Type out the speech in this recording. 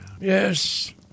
Yes